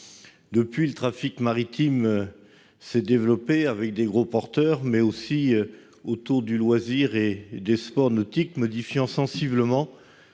Depuis lors, le trafic maritime s'est développé avec des gros porteurs, mais aussi autour du loisir et des sports nautiques, ce qui a modifié sensiblement